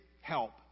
help